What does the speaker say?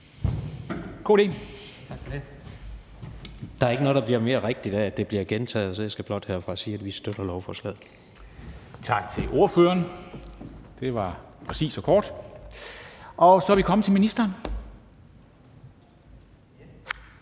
(KD): Tak for det. Der er ikke noget, der bliver mere rigtigt af, at det bliver gentaget, så jeg skal blot herfra sige, at vi støtter lovforslaget. Kl. 13:39 Formanden (Henrik Dam Kristensen): Tak til ordføreren. Det var præcist og kort. Så er vi kommet til ministeren.